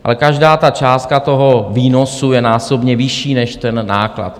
Ale každá částka toho výnosu je násobně vyšší než ten náklad.